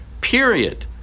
Period